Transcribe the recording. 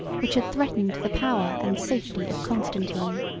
which had threatened the power and safety of constantine.